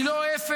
היא לא אפס.